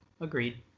Agreed